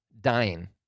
dying